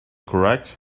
correct